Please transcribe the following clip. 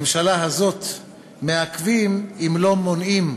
הממשלה הזאת, מעכבים, אם לא מונעים,